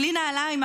בלי נעליים,